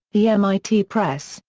the mit press,